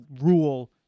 rule